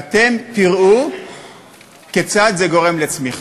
ואתם תראו כיצד זה גורם לצמיחה.